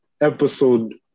episode